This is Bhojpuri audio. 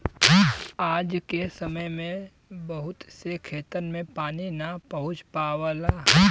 आज के समय में बहुत से खेतन में पानी ना पहुंच पावला